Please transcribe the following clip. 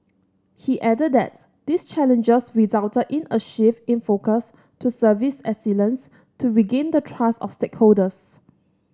he added that these challenges resulted in a shift in focus to service excellence to regain the trust of stakeholders